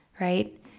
Right